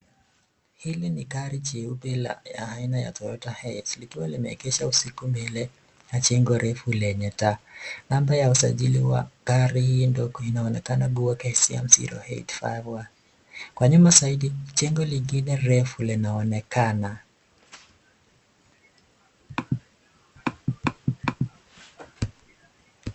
Hili ni gari jeupe ya aina ya toyota hiace likiwa limeegeshwa usiku mbele ya jengo refu lenye taa, namba ya usajili wa gari ndogo inaonekana kuwa KCM 085Y,kwa nyuma zaidi, jengo lingine refu linaonekana.